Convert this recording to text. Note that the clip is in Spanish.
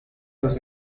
los